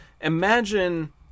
imagine